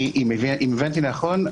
אם הבנתי נכון,